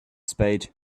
spade